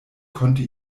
konnte